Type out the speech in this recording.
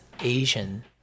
Asian